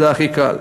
זה הכי קל.